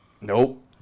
Nope